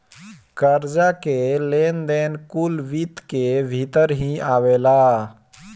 कर्जा कअ लेन देन कुल वित्त कअ भितर ही आवेला